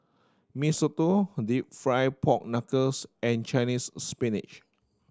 Mee Soto deep fried pork knuckles and Chinese Spinach